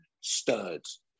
studs